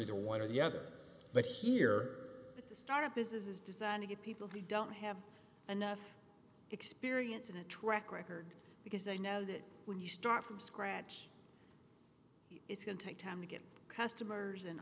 either one or the other but here to start a business is designed to get people who don't have enough experience in a track record because they know that when you start from scratch it's going to take time to get customers